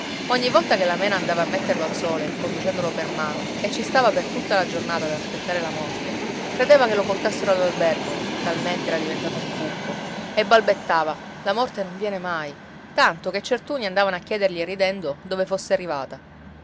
ogni volta che la mena andava a metterlo al sole conducendolo per mano e ci stava per tutta la giornata ad aspettare la morte credeva che lo portassero all'albergo talmente era diventato un cucco e balbettava la morte non viene mai tanto che certuni andavano a chiedergli ridendo dove fosse arrivata